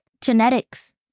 Genetics